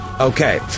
Okay